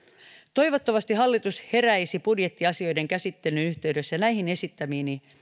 toivottavasti hallitus heräisi budjettiasioiden käsittelyn yhteydessä näihin esittämiini